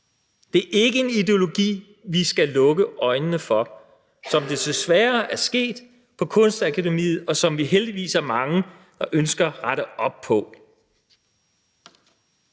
Det er ikke en ideologi, vi skal lukke øjnene for, som det desværre er sket på Kunstakademiet, og som vi heldigvis er mange der ønsker at rette op på.